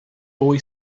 boy